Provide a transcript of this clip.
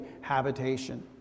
habitation